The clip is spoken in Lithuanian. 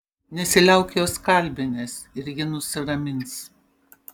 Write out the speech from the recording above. nesiliauk jos kalbinęs ir ji nusiramins